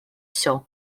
все